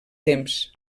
temps